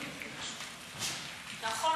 נכון.